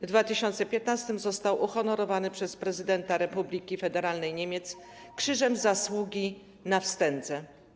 W 2015 r. został uhonorowany przez prezydenta Republiki Federalnej Niemiec Krzyżem Zasługi na Wstędze.